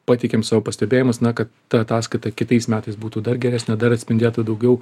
pateikėm savo pastebėjimus na kad ta ataskaita kitais metais būtų dar geresnė dar atspindėtų daugiau